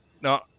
No